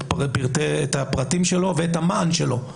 את הפרטים שלו ואת המען שלו.